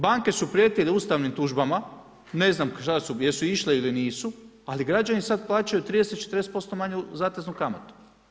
Banke su prijetile ustavnim tužbama, ne znam šta su, jesu išle ili nisu, ali građani sad plaćaju 30-40% manju zateznu kamatu.